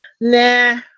Nah